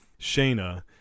Shayna